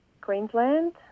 Queensland